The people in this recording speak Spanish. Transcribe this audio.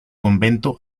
convento